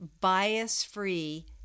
bias-free